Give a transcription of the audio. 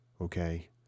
Okay